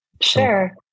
Sure